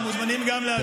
הם מוזמנים גם להגיע.